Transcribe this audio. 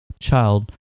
child